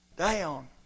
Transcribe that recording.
down